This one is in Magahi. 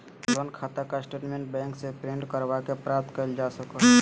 लोन खाता के स्टेटमेंट बैंक से प्रिंट करवा के प्राप्त करल जा सको हय